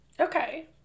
Okay